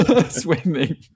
swimming